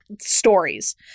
stories